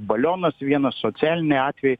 balionas vienas socialiniai atvejai